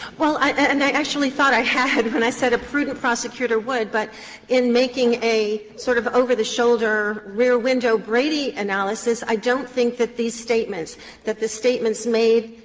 well, i and i actually thought i had when i said a prudent prosecutor would, but in making a sort of over-the-shoulder, rear window brady analysis, i don't think that these statements that the statements made